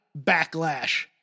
backlash